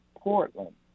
Portland